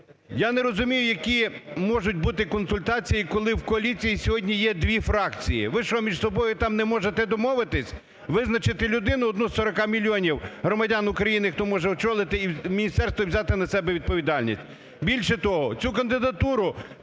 Я не розумію, які можуть бути консультації, коли в коаліції сьогодні є дві фракції? Ви що, між собою там не можете домовитись? Визначити людину одну з 40 мільйонів громадян України, хто може очолити міністерство і взяти на себе відповідальність? Більше того, цю кандидатуру